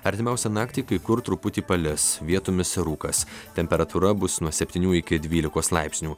artimiausią naktį kai kur truputį palis vietomis rūkas temperatūra bus nuo septynių iki dvylikos laipsnių